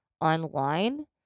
online